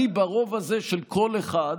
60. אני, ברוב הזה של קול אחד,